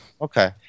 Okay